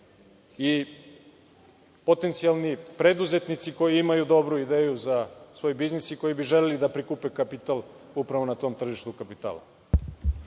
i potencijalni preduzetnici koji imaju dobru ideju za svoj biznis i koji bi želeli da prikupe kapital upravo na tom tržištu kapitala.